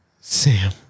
Sam